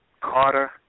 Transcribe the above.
Carter